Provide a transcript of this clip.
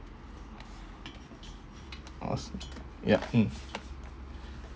I was ya mm